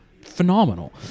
phenomenal